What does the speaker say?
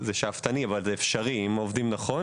זה שאפתני, אבל זה אפשרי אם עובדים נכון